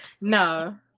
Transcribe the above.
No